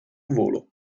volo